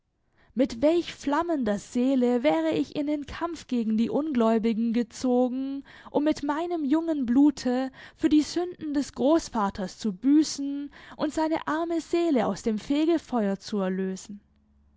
mit welch flammender seele wäre ich in den kampf gegen die ungläubigen gezogen um mit meinem jungen blute für die sünde des großvaters zu büßen und seine arme seele aus dem fegefeuer zu erlösen